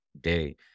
day